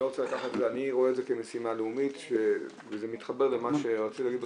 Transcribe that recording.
אני רואה את זה כמשימה לאומית וזה מתחבר למה שרציתי להגיד בסוף.